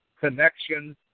connections